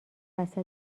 وسط